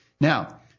Now